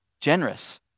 generous